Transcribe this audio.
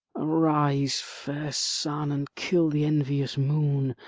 arise, fair sun, and kill the envious moon,